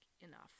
enough